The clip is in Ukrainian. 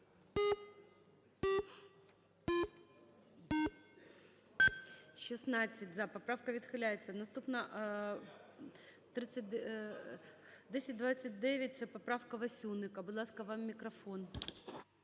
За-16 Поправка відхиляється. 1029, це поправка Васюника. Будь ласка, вам мікрофон.